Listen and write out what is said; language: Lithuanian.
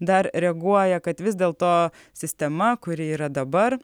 dar reaguoja kad vis dėl to sistema kuri yra dabar